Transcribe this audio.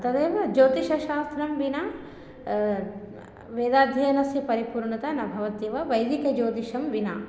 तदेव ज्योतिषशास्त्रं विना वेदाध्ययनस्य परिपूर्णता न भवत्येव वैदिकज्योतिषं विना